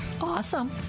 Awesome